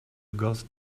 ghost